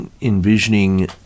envisioning